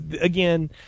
again